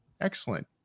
excellent